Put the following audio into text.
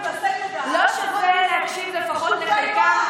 הם שטופי מוח, לא שווה להקשיב לפחות לחלקם?